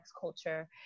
culture